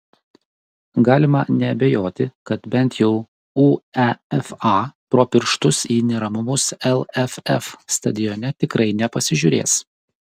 galima neabejoti kad bent jau uefa pro pirštus į neramumus lff stadione tikrai nepasižiūrės